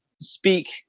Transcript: speak